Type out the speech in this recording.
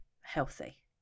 healthy